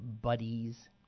buddies